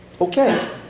Okay